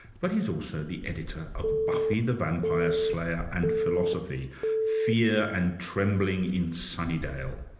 but he's also the editor of buffy the vampire slayer and philosophy fear and trembling in sunnydale.